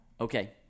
okay